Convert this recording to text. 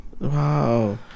Wow